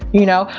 you know,